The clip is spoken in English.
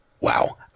Wow